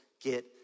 get